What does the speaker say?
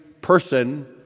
person